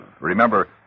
Remember